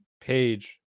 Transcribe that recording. page